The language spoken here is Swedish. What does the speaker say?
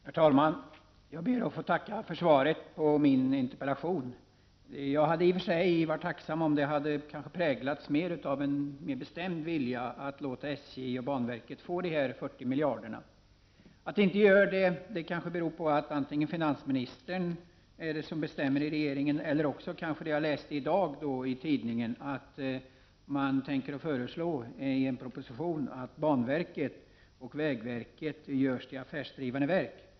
Herr talman! Jag ber att få tacka för svaret på min interpellation. Jag hade i och för sig vari” tacksam om svaret hade präglats mera av en bestämd vilja att låta SJ och b..overket få dessa 40 miljarder kronor. Att det inte gör det kanske beror på att det är finansministern som bestämmer i regeringen. Förklaringen kan också vara att söka i det jag läste i dag i tidningen, nämligen att man i en proposition tänker föreslå att banverket och vägverket skall göras om till affärsdrivande verk.